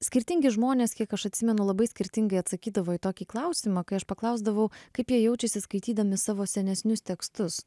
skirtingi žmonės kiek aš atsimenu labai skirtingai atsakydavo į tokį klausimą kai aš paklausdavau kaip jie jaučiasi skaitydami savo senesnius tekstus